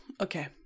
Okay